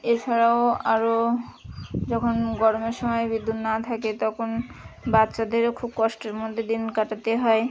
এছাড়াও আরো যখন গরমের সময় বিদ্যুৎ না থাকে তখন বাচ্চাদেরও খুব কষ্টের মধ্যে দিন কাটাতে হয়